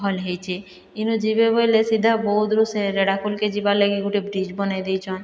ଭଲ୍ ହେଉଛେ ଇନୁ ଯେବେ ଗଲେ ସିଧା ବୌଦ୍ଧରୁ ସେ ରେଢ଼ାଖୋଲକେ ଯିବାର ଲାଗି ଗୋଟିଏ ବ୍ରିଜ ବନାଇ ଦେଇଛନ୍